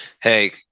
Hey